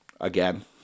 Again